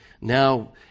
Now